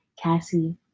Cassie